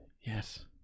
Yes